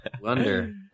wonder